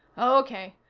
okay.